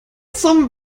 zum